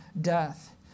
death